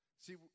See